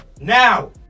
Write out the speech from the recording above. Now